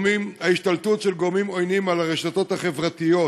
ההשתלטות של גורמים עוינים על הרשתות החברתיות